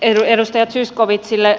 vielä edustaja zyskowiczille